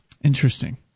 interesting